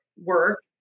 work